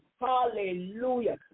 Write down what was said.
Hallelujah